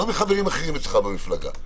לא מחברים אחרים אצלך במפלגה,